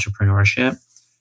entrepreneurship